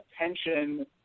attention